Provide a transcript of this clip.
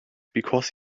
because